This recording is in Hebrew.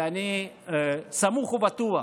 אני סמוך ובטוח